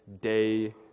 day